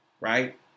Right